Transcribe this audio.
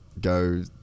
go